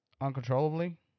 uncontrollably